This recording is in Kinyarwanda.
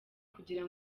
kugira